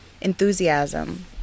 enthusiasm